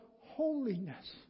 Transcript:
holiness